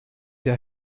der